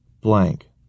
blank